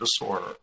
disorder